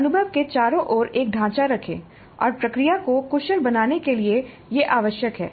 अनुभव के चारों ओर एक ढांचा रखें और प्रक्रिया को कुशल बनाने के लिए यह आवश्यक है